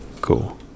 Cool